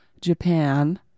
Japan